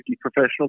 professional